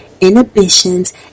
inhibitions